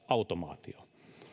automaatio